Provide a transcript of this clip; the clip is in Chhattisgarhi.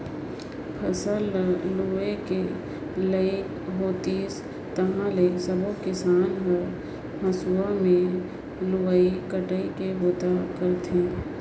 फसल ल लूए के लइक होतिस ताहाँले सबो किसान हर हंसुआ में लुवई कटई के बूता करथे